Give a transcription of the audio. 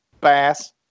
Bass